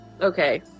Okay